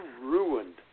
ruined